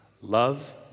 Love